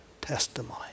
testimony